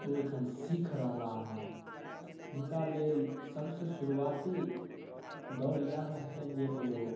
ओ एखन सीख रहलाहँ हुनका लेल सभसँ शुरुआती दौर इएह रहतनि जे ओ